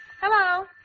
hello